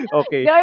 okay